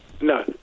No